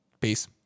Peace